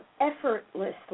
effortlessly